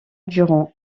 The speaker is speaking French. durant